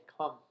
come